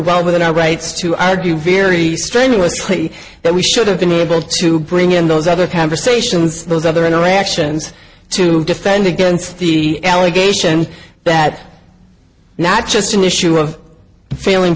well within our rights to argue very strenuously that we should have been able to bring in those other conversations those other interactions to defend against the allegation that not just an issue of failing